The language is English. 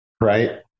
right